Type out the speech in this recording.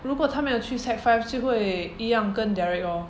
如果他没有去 sec five 就会一样跟 derek lor